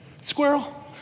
Squirrel